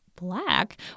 black